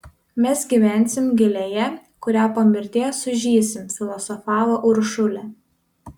mes gyvensim gėlėje kuria po mirties sužysim filosofavo uršulė